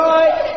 Right